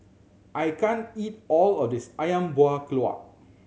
I can't eat all of this Ayam Buah Keluak